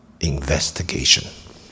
investigation